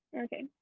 Okay